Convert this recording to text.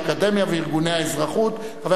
האקדמיה וארגוני החברה האזרחית.